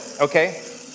okay